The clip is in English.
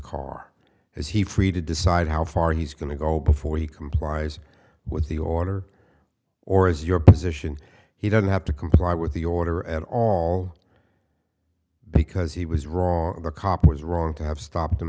car is he free to decide how far he's going to go before he complies with the order or is your position he doesn't have to comply with the order at all because he was wrong the cop was wrong to have stopped